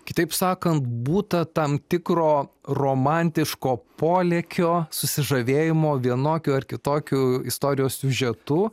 kitaip sakant būta tam tikro romantiško polėkio susižavėjimo vienokiu ar kitokiu istorijos siužetu